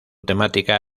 temática